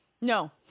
No